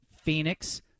Phoenix